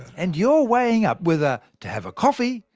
and you're weighing up whether to have a coffee,